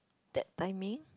that timing